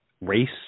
race